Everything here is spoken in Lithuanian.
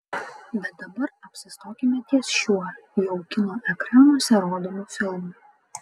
bet dabar apsistokime ties šiuo jau kino ekranuose rodomu filmu